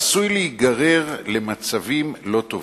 עשוי להיגרר למצבים לא טובים.